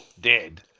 dead